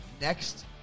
next